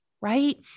right